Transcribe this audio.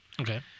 Okay